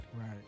right